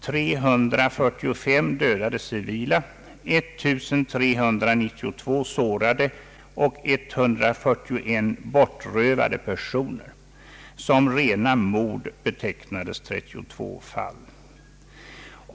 345 dödade civila, 1392 sårade och 141 bortrövade personer. Som rena mord betecknades 32 fall.